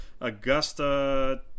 Augusta